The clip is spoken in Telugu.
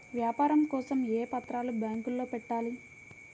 వ్యాపారం కోసం ఏ పత్రాలు బ్యాంక్లో పెట్టాలి?